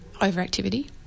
overactivity